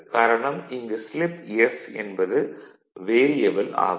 காரணம் இங்கு slip s என்பது வேரியபல் ஆகும்